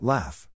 Laugh